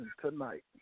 tonight